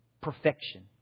Perfection